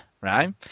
right